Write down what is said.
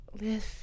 lift